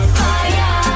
fire